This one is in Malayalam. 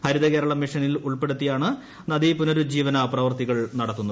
ഹരിതകേരളം മിഷനിൽ ഉൾപ്പെടുത്തിയാണ് നദീപുനരുജ്ജീവന പ്രവൃത്തികൾ നടത്തുന്നത്